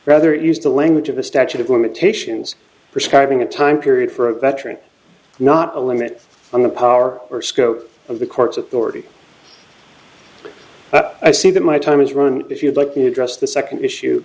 rather it used the language of a statute of limitations prescribing a time period for a veteran not a limit on the power or scope of the court's authority but i see that my time has run if you'd like to address the second issue